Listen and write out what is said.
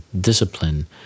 discipline